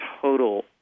total